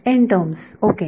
N term okay